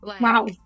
wow